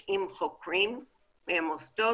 כ-90 חוקרים ומוסדות